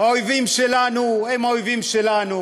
האויבים שלנו הם האויבים שלנו,